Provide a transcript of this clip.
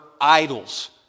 idols